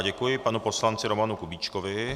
Děkuji panu poslanci Romanu Kubíčkovi.